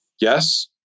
Yes